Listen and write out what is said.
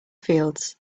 fields